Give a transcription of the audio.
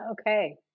okay